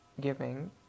giving